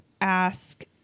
ask